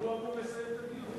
הוא לא אמור לסיים את הדיון?